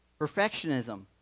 perfectionism